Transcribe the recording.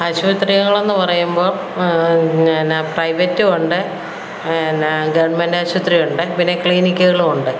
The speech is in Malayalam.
ആശ്പത്രികൾ എന്ന് പറയുമ്പോൾ പിന്നെ പ്രൈവറ്റുമുണ്ട് പിന്നെ ഗവൺമെൻ്റ് ആശുപത്രിയുണ്ട് പിന്നെ ക്ലിനിക്കുകളുണ്ട്